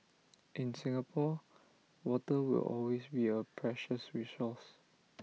in Singapore water will always be A precious resource